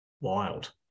wild